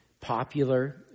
popular